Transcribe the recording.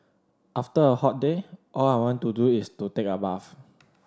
after a hot day all I want to do is to take a bath